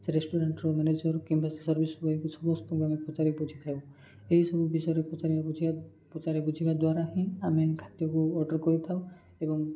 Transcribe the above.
ସେ ରେଷ୍ଟୁରାଣ୍ଟ୍ରୁ ମ୍ୟାନେଜର୍ କିମ୍ବା ସେ ସର୍ଭିସ୍ ବଏକୁ ସମସ୍ତଙ୍କୁ ଆମେ ପଚାରି ବୁଝିଥାଉ ଏହିସବୁ ବିଷୟରେ ପଚାରିବା ବୁଝିବା ପଚାରି ବୁଝିବା ଦ୍ୱାରା ହିଁ ଆମେ ଖାଦ୍ୟକୁ ଅର୍ଡ଼ର୍ କରିଥାଉ ଏବଂ